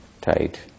tight